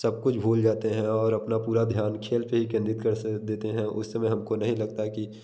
सब कुछ भूल जाते हैं और अपना पूरा ध्यान खेल पे ही केन्द्रित कर देते हैं उस समय हमको नही लगता कि